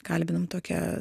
kalbinom tokią